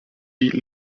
die